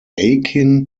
akin